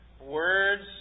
words